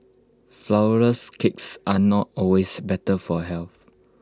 Flourless Cakes are not always better for health